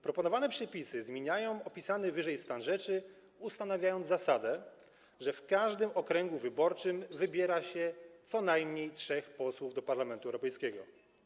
Proponowane przepisy zmieniają opisany wyżej stan rzeczy, ustanawiając zasadę, że w każdym okręgu wyborczym wybiera się co najmniej trzech posłów do Parlamentu Europejskiego.